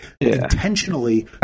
intentionally